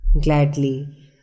Gladly